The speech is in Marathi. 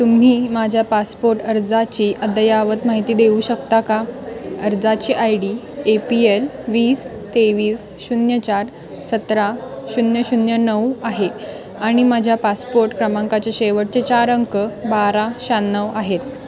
तुम्ही माझ्या पासपोर्ट अर्जाची अद्ययावत माहिती देऊ शकता का अर्जाची I D A P L वीस तेवीस शून्य चार सतरा शून्य शून्य नऊ आहे आणि माझ्या पासपोर्ट क्रमांकाचे शेवटचे चार अंक बारा शहाण्णव आहेत